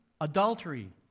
Adultery